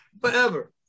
forever